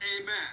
Amen